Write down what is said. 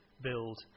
build